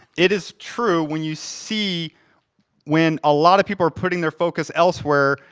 it is true when you see when a lot of people are putting their focus elsewhere,